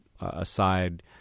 aside